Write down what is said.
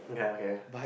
okay okay